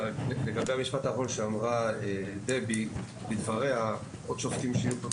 לגבי המשפט האחרון שאמרה דבי שיהיו עוד שופטים.